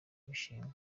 ibishingwe